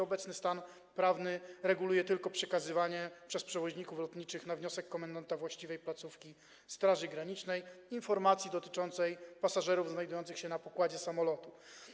Obecny stan prawny reguluje tylko przekazywanie przez przewoźników lotniczych, na wniosek komendanta właściwej placówki Straży Granicznej, informacji dotyczącej pasażerów znajdujących się na pokładzie samolotu.